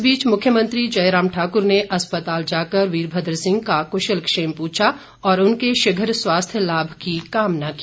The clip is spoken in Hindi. इस बीच मुख्यमंत्री जयराम ठाकुर ने अस्पताल जाकर बीरभद्र सिंह का कुशल क्षेम पूछा और उनके शीघ्र स्वास्थ्य लाभ की कामना की